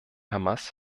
hamas